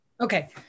Okay